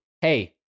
hey